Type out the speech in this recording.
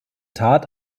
tat